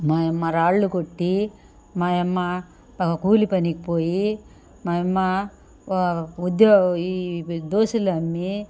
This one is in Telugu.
మాయమ్మరాళ్ళు కొట్టి మాయమ్మ కూలిపనికి పోయి మాయమ్మ ఉ ఉద్యో ఈ దోసెలు అమ్మీ